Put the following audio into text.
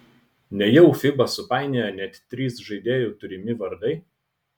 nejau fiba supainiojo net trys žaidėjo turimi vardai